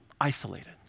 isolated